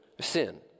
sin